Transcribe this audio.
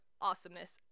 awesomeness